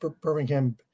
Birmingham